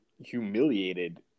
humiliated